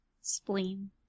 spleen